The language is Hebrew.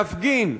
להפגין,